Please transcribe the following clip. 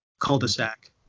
cul-de-sac